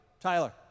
Tyler